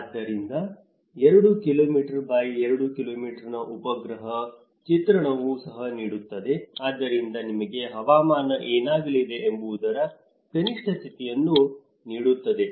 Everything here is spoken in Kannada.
ಆದ್ದರಿಂದ 2 ಕಿಲೋಮೀಟರ್ by 2 ಕಿಲೋಮೀಟರ್ನ ಉಪಗ್ರಹ ಚಿತ್ರಣವೂ ಸಹ ನೀಡುತ್ತದೆ ಆದ್ದರಿಂದ ನಿಮಗೆ ಹವಾಮಾನ ಏನಾಗಲಿದೆ ಎಂಬುದರ ಕನಿಷ್ಠ ಸ್ಥಿತಿಯನ್ನು ನೀಡುತ್ತದೆ